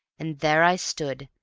and there i stood,